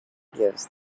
gives